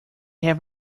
have